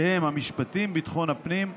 שהם המשפטים, ביטחון פנים,